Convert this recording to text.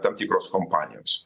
tam tikros kompanijos